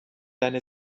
deine